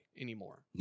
anymore